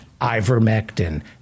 ivermectin